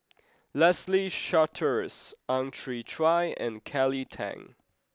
Leslie Charteris Ang Chwee Chai and Kelly Tang